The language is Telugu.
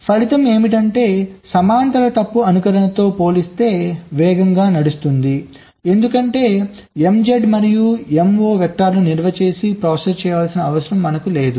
ఫలితం ఏమిటంటే సమాంతర తప్పు అనుకరణతో పోలిస్తే వేగంగా నడుస్తుంది ఎందుకంటే MZ మరియు Mo వెక్టర్లను నిల్వ చేసి ప్రాసెస్ చేయవలసిన అవసరం మనకు లేదు